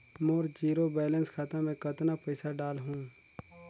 मोर zero balance खाता मे कतना पइसा डाल हूं?